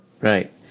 Right